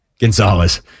Gonzalez